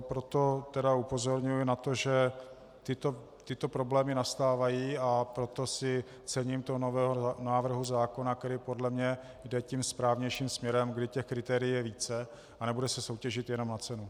Proto upozorňuji na to, že tyto problémy nastávají, a proto si cením toho nového návrhu zákona, který podle mě jde tím správnějším směrem, kdy těch kritérií je více a nebude se soutěžit jenom na cenu.